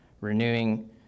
renewing